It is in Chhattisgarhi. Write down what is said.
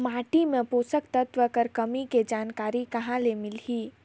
माटी मे पोषक तत्व कर कमी के जानकारी कहां ले मिलही?